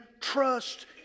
trust